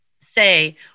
say